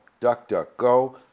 DuckDuckGo